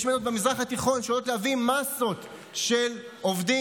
יש מדינות במזרח התיכון שיודעות להביא מסות של עובדים,